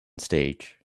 stage